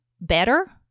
better